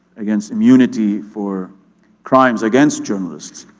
against immunity for crimes against journalists